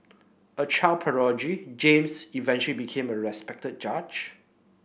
a child prodigy James eventually became a respected judge